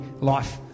life